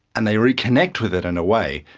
and they reconnect with it in a way.